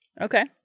Okay